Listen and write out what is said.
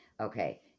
Okay